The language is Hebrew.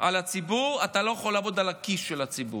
על הציבור, אתה לא יכול לעבוד על הכיס של הציבור.